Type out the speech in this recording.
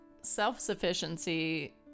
self-sufficiency